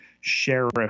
sheriff